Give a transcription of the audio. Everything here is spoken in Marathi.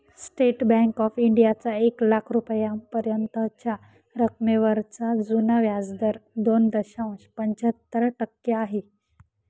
स्टेट बँक ऑफ इंडियाचा एक लाख रुपयांपर्यंतच्या रकमेवरचा जुना व्याजदर दोन दशांश पंच्याहत्तर टक्के आहे